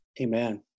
Amen